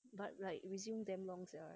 but like resume damn long sia right